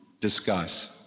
discuss